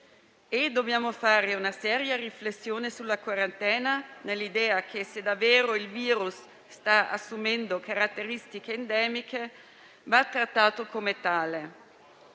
Dobbiamo fare una seria riflessione sulla quarantena, nell'idea che, se davvero il virus sta assumendo caratteristiche endemiche, va trattato come tale.